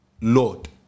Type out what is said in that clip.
Lord